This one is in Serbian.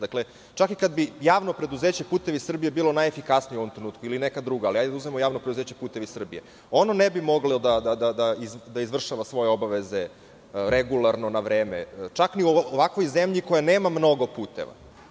Dakle, čak i kad bi JP "Putevi Srbije" bilo najefikasnije u ovom trenutku, ili neka druga, ali hajde da uzmemo JP "Putevi Srbije", ono ne bi moglo da izvršava svoje obaveze regularno, na vreme, čak ni u ovakvoj zemlji koja nema mnogo puteva.